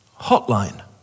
hotline